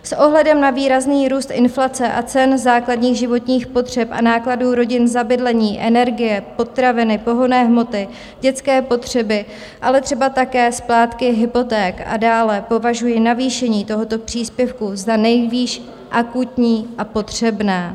S ohledem na výrazný růst inflace a cen základních životních potřeb a nákladů rodin za bydlení, energie, potraviny, pohonné hmoty, dětské potřeby, ale třeba také splátky hypoték a dále považuji navýšení tohoto příspěvku za nejvýš akutní a potřebné.